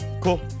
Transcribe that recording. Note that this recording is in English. cool